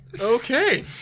Okay